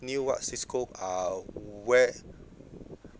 new what Cisco uh